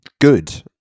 good